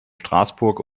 straßburg